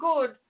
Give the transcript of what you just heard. good